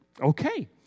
okay